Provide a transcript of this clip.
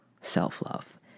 self-love